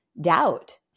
doubt